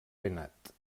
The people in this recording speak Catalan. penat